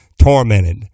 tormented